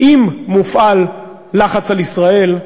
אם מופעל לחץ על ישראל,